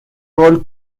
rol